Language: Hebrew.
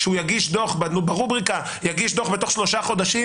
ושהוא יגיש את הדו"ח תוך שלושה חודשים.